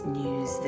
news